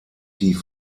die